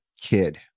kid